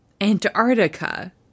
Antarctica